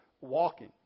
walking